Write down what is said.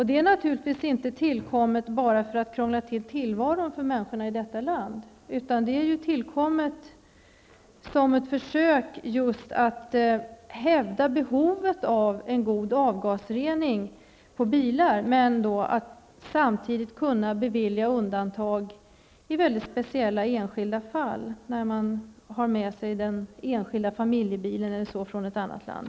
Det är naturligtvis inte tillkommet bara för att krångla till tillvaron för människor i detta land utan för att försöka hävda behovet av en god avgasrening på bilar och samtidigt möjligheten att kunna bevilja undantag i väldigt speciella enskilda fall, t.ex. när man för med sig den egna familjebilen från ett annat land.